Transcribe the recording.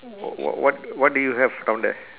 wh~ wh~ what what do you have down there